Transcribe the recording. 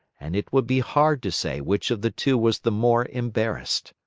and it would be hard to say which of the two was the more embarrassed.